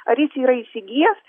ar jis yra įsigijęs